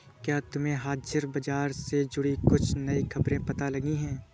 क्या तुम्हें हाजिर बाजार से जुड़ी कुछ नई खबरें पता लगी हैं?